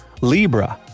Libra